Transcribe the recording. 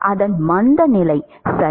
அதன் மந்தநிலை சரி